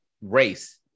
race